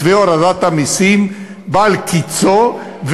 מתווה הורדת המסים בא אל קצו,